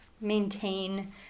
maintain